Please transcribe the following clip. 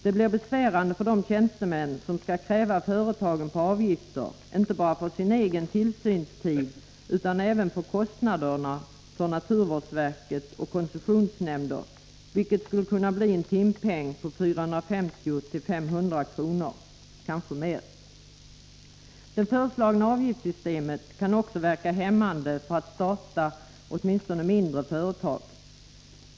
Det blir besvärligt för de tjänstemän som skall kräva företagen på avgifter, inte bara för sin egen tillsynstid utan även för kostnader för naturvårdsverket och koncessionsnämnden, vilket skulle kunna innebära en timpenning på 450-500 kr., kanske mer. Det föreslagna avgiftssystemet skulle inverka hämmande på viljan att starta åtminstone mindre företag.